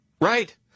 Right